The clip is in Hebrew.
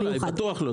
בטוח לא צריך.